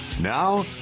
Now